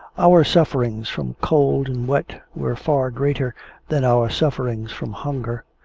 our sufferings from cold and wet were far greater than our sufferings from hunger.